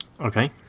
okay